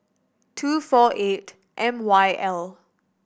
two four eight M Y L